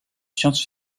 science